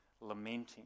lamenting